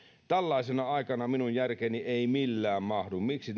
tällaisina aikoina minun järkeeni ei millään mahdu miksi